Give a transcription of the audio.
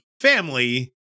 family